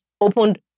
Opened